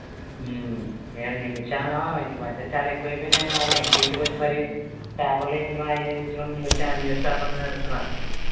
ఏంది న్యూస్ చాన్లా ఈ మధ్యన చాలా ఎక్కువ అయిపోయాయండి బాబా ఇంటింటికీ వచ్చి మరి పేపర్లు ఎయించుకో అయ్యే ఏయించుకో న్యూస్ చానె న్యూస్ పేపర్లని పెడుగుతున్నారు